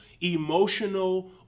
emotional